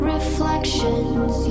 Reflections